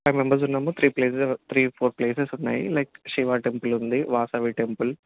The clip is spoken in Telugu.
ఫైవ్ మెంబర్స్ ఉన్నాము three places three four places ఉన్నాయి లైక్ శివా టెంపుల్ ఉంది వాసవి టెంపుల్